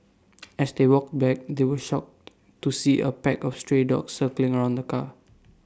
as they walked back they were shocked to see A pack of stray dogs circling around the car